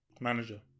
Manager